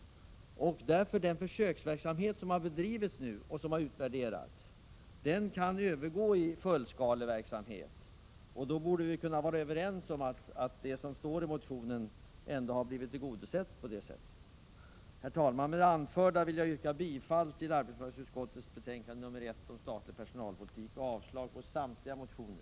Den försöksverksamhet som nu har bedrivits och utvärderats kan övergå till fullskalig verksamhet. Vi borde kunna vara överens om att det som tas upp i motionen ändå har blivit tillgodosett. Herr talman! Med det anförda vill jag yrka bifall till utskottets hemställan och därmed avslag på samtliga motioner.